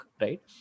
right